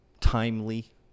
Timely